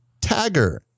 Tagger